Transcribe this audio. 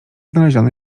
znaleziono